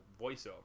voiceover